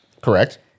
Correct